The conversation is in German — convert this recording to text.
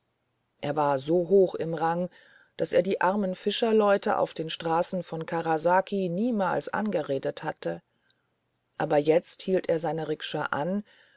er war so hoch an rang daß er die armen fischerleute auf den straßen von karasaki niemals angeredet hatte aber jetzt hielt er seine rikscha an